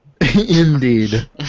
Indeed